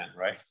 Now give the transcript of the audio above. right